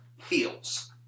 feels